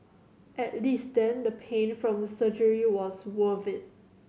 at least then the pain from the surgery was worth it